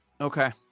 Okay